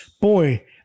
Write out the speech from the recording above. Boy